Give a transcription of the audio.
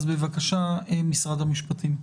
בבקשה, נציגת משרד המשפטים.